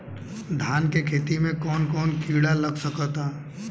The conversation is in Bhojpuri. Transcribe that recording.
धान के खेती में कौन कौन से किड़ा लग सकता?